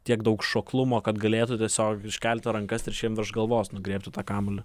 tiek daug šoklumo kad galėtų tiesiog iškelti rankas ir šiem virš galvos nugriebti tą kamuolį